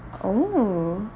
oh